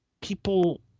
people